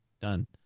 Done